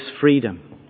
freedom